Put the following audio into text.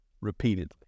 repeatedly